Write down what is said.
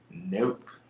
nope